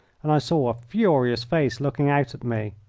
and i saw a furious face looking out at me.